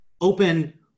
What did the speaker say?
open